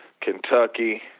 Kentucky